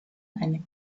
eine